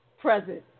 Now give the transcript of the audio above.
Present